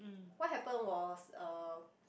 what happened was uh